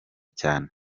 cyane